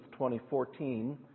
2014